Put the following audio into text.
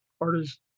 artist's